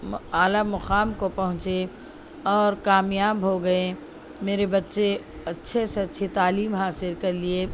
ایک اعلیٰ مقام کو پہنچیں اور کامیاب ہو گئے میرے بچے اچھے سے اچھی تعلیم حاصل کر لیے